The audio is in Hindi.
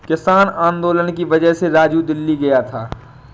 किसान आंदोलन की वजह से राजू दिल्ली गया था